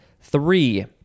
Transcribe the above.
Three